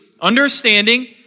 understanding